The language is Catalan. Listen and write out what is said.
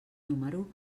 número